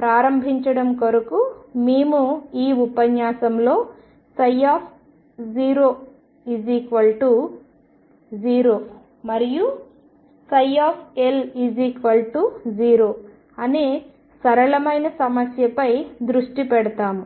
ప్రారంభించడం కొరకు మేము ఈ ఉపన్యాసంలో00 మరియు L0 అనే సరళమైన సమస్యపై దృష్టి పెడతాము